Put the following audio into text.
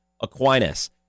Aquinas